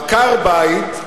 עקרת-בית,